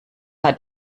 hat